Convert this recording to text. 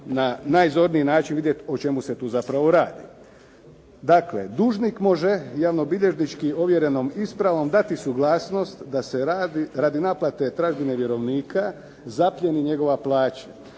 na najzorniji način vidjeti o čemu se tu zapravo radi. Dakle, dužnik može javnobilježnički ovjerenom ispravom dati suglasnost da se radi naplate tražbine vjerovnika zaplijeni njegova plaća